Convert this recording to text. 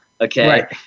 Okay